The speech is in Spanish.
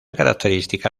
característica